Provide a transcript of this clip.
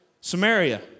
Samaria